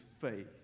faith